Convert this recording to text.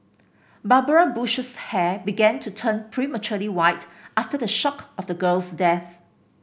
Barbara Bush's hair began to turn prematurely white after the shock of the girl's death